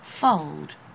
fold